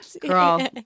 Girl